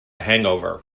hangover